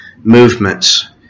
movements